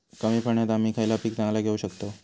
कमी पाण्यात आम्ही खयला पीक चांगला घेव शकताव?